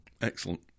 Excellent